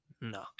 No